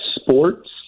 sports